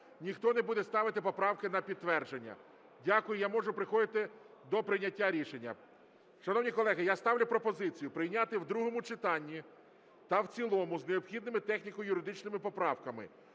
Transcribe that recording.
ніхто не буде ставити поправки на підтвердження? Дякую, я можу переходити до прийняття рішення. Шановні колеги, я ставлю пропозицію прийняти в другому читанні та в цілому з необхідними техніко-юридичними поправками